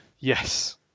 Yes